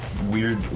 Weird